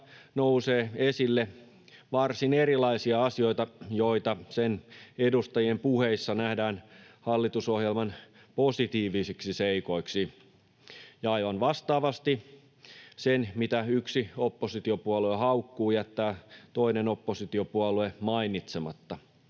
nousee esille varsin erilaisia asioita, jotka sen edustajien puheissa nähdään hallitusohjelman positiivisiksi seikoiksi, ja aivan vastaavasti sen, mitä yksi oppositiopuolue haukkuu, jättää toinen oppositiopuolue mainitsematta.